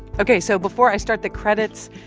ok, so before i start the credits,